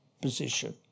position